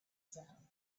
sound